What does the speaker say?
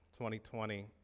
2020